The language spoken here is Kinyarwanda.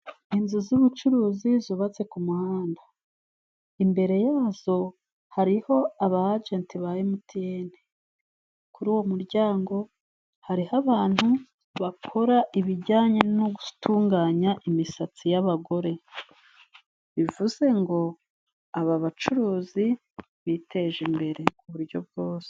Inzu z'ubucuruzi zubatse ku muhanda. Imbere yazo, hariho aba ajeti ba emutiyene. Kuri uwo muryango hariho abantu bakora ibijyanye no gutunganya imisatsi y'abagore. Bivuze ngo aba bacuruzi biteje imbere ku buryo bwose.